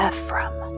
Ephraim